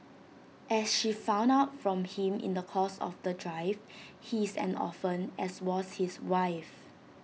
as she found out from him in the course of the drive he is an orphan as was his wife